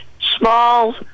small